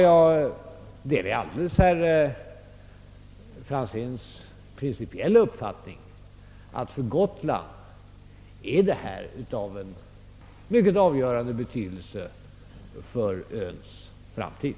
Jag delar herr Franzéns principiella uppfattning, att detta är av avgörande betydelse för Gotlands framtid.